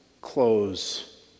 close